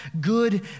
good